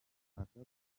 ashaka